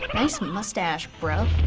nice moustache, bro.